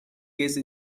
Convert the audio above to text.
case